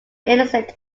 innocent